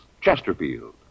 Chesterfield